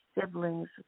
siblings